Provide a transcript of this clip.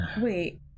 Wait